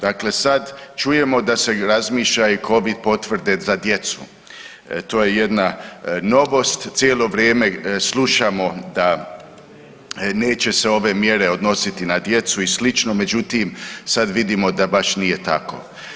Dakle, sad čujemo da se razmišlja i covid potvrde za djecu, to je jedna novost cijelo vrijeme slušamo da neće se ove mjere odnositi na djecu i sl., međutim sad vidimo da baš nije tako.